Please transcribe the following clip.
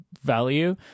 value